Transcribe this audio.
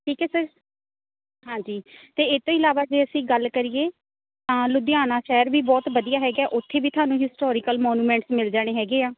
ਠੀਕ ਹੈ ਸਰ ਹਾਂਜੀ ਅਤੇ ਇਹ ਤੋਂ ਇਲਾਵਾ ਜੇ ਅਸੀਂ ਗੱਲ ਕਰੀਏ ਤਾਂ ਲੁਧਿਆਣਾ ਸ਼ਹਿਰ ਵੀ ਬਹੁਤ ਵਧੀਆ ਹੈਗਾ ਉੱਥੇ ਵੀ ਤੁਹਾਨੂੰ ਹਿਸਟੋਰੀਕਲ ਮੋਨੂਮੈਂਟਸ ਮਿਲ ਜਾਣੇ ਹੈਗੇ ਆ